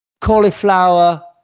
cauliflower